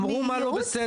הם אמרו מה לא בסדר,